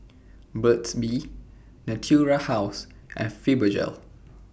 Burt's Bee Natura House and Fibogel